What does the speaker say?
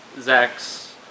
Zach's